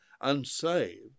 unsaved